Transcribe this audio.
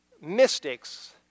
Mystics